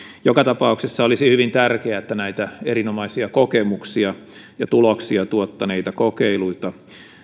joka tapauksessa olisi hyvin tärkeää että näitä erinomaisia kokemuksia ja tuloksia tuottaneita kokeiluita